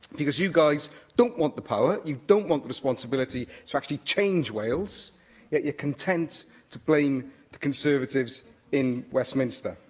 because you guys don't want the power, you don't want the responsibility to actually change wales, yet you're content to blame the conservatives in westminster.